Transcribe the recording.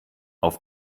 auf